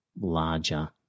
larger